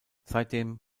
seitdem